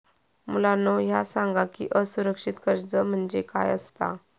मुलांनो ह्या सांगा की असुरक्षित कर्ज म्हणजे काय आसता?